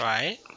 Right